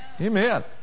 Amen